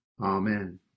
Amen